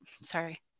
sorry